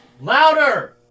Louder